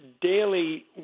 daily